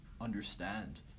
understand